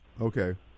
Okay